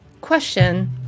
Question